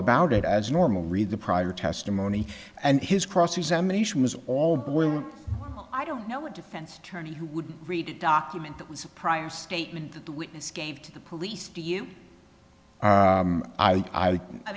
about it as normal read the prior testimony and his cross examination was all boil i don't know what defense attorney who would read a document that was prior statement that the witness gave to the police to you